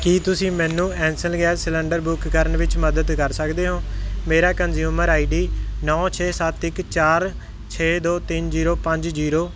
ਕੀ ਤੁਸੀਂ ਮੈਨੂੰ ਐੱਸਲ ਗੈਸ ਸਿਲੰਡਰ ਬੁੱਕ ਕਰਨ ਵਿੱਚ ਮਦਦ ਕਰ ਸਕਦੇ ਹੋ ਮੇਰਾ ਕਨਜ਼ੂਮਰ ਆਈਡੀ ਨੌਂ ਛੇ ਸੱਤ ਇੱਕ ਚਾਰ ਛੇ ਦੋ ਤਿੰਨ ਜ਼ੀਰੋ ਪੰਜ ਜ਼ੀਰੋ